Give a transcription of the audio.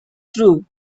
through